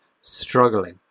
struggling